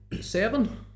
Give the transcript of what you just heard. seven